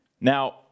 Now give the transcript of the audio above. Now